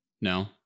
No